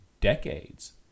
decades